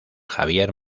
javier